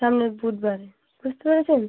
সামনের বুধবারে বুঝতে পেরেছেন